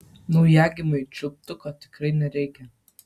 naujagimiui čiulptuko tikrai nereikia